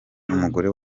umugore